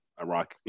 Iraq